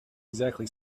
exactly